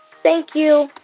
thank you